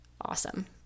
Awesome